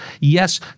Yes